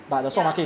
ya